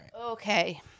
Okay